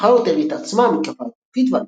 מאוחר יותר התעצמה המתקפה הטורקית ועל